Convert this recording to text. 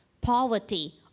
poverty